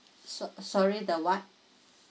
so~ sorry the what